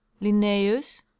linnaeus